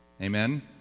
Amen